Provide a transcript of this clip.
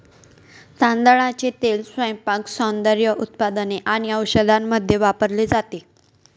तांदळाचे तेल स्वयंपाक, सौंदर्य उत्पादने आणि औषधांमध्ये वापरले जाते